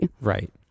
Right